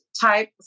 type